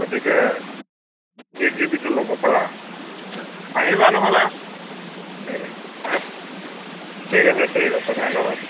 গতিকে eight G বিটো ল'ব পাৰা আহিবা নহ'লে ঠিক আছে ঠিক আছে ধন্য়বাদ